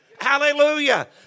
Hallelujah